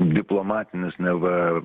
diplomatinis neva